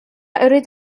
أريد